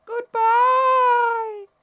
Goodbye